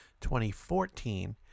2014